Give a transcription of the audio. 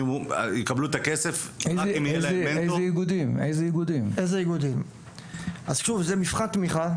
זה מבחן תמיכה.